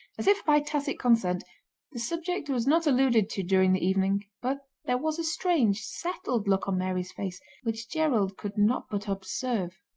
as if by tacit consent the subject was not alluded to during the evening. but there was a strange, settled look on mary's face, which gerald could not but observe.